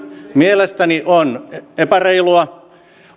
mielestäni on epäreilua